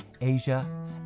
Asia